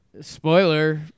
spoiler